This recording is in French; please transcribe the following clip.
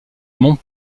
mont